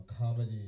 comedy